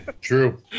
true